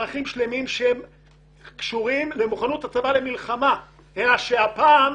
מערכים שלמים שקשורים במוכנות הצבא למלחמה אלא שהפעם,